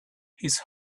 his